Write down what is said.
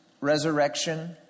resurrection